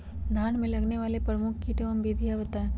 धान में लगने वाले प्रमुख कीट एवं विधियां बताएं?